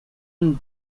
and